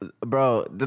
Bro